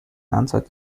answered